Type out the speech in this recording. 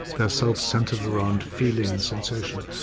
their selves centred around feeling and sensation,